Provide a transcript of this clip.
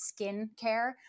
skincare